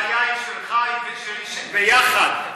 הבעיה היא שלך ושלי ביחד.